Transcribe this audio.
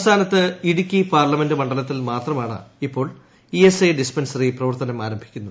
സംസ്ഥാനത്ത് ഇടുക്കി പാർലമെന്റ് മണ്ഡലത്തിൽ മാത്രമാണ് ഇപ്പോൾ ഇഎസ്ഐ ഡിസ്പെൻസറി പ്രവർത്തനം ആരംഭിക്കുന്നത്